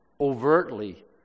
overtly